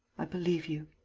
i believe you.